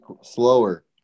slower